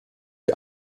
die